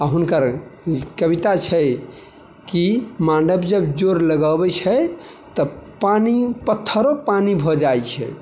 आ हुनकर कविता छै कि मानव जब जोर लगऽबै छै तऽ पानी पत्थरो पानी भऽ जाइ छै